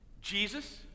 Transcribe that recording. Jesus